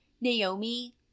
Naomi